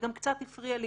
זה גם קצת הפריע לי